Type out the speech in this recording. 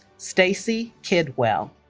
stacie kidwell